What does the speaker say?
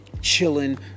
Chilling